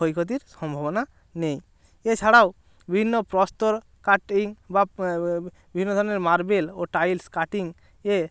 ক্ষয়ক্ষতির সম্ভাবনা নেই এছাড়াও বিভিন্ন প্রস্তর কাটিং বা বিভিন্ন ধরনের মার্বেল ও টাইলস কাটিংয়ে